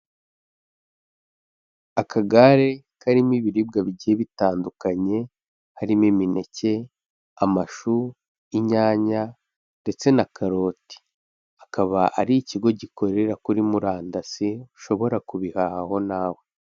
Akagare karimo ibiribwa bigiye bitandukanye harimo imineke, amashu, inyanya ndetse na karoti, akaba hari ikigo gikorera kuri murandasi ushobora kubihahaho nawe.